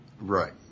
Right